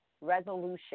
resolution